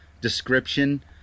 description